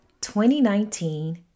2019